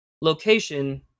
Location